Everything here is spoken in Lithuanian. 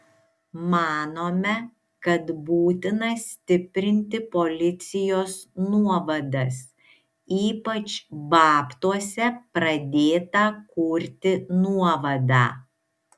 manome kad būtina stiprinti policijos nuovadas ypač babtuose pradėtą kurti nuovadą